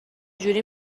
جوری